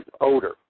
odor